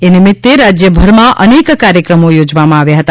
એ નિમિત્તે રાજ્યભરમાં અનેક કાર્યક્રમો યોજવામાં આવ્યા હતા